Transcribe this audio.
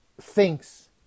thinks